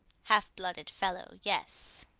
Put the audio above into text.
half-blooded fellow, yes.